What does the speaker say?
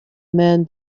man